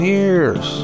years